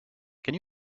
can